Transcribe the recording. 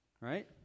right